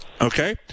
Okay